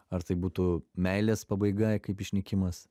ar tai būtų meilės pabaiga kaip išnykimas